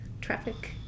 traffic